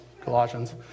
Colossians